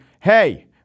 hey